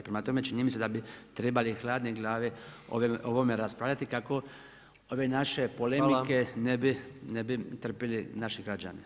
Prema tome, čini mi se da bi trebali hladne glave o ovome raspravljati kako ove naše polemike ne bi [[Upadica predsjednik: Hvala.]] trpili naši građani.